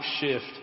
shift